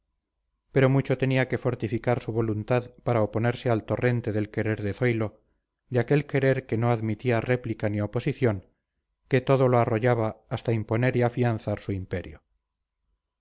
pero mucho tenía que fortificar su voluntad para oponerse al torrente del querer de zoilo de aquel querer que no admitía réplica ni oposición que todo lo arrollaba hasta imponer y afianzar su imperio